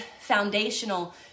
foundational